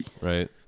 right